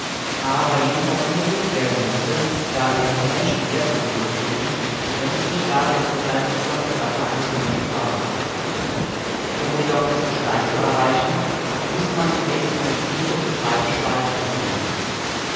aber jedenfalls untersucht werden mußte da er von menschen herzurühren schien wenn es nicht gar der nur zum teil sichtbare körper eines menschen war um jedoch das gestein zu erreichen mußte man zunächst eine tiefe und breite spalte passieren